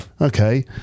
okay